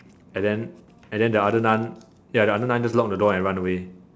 and then and then the other nun ya the other nun just lock the door and run away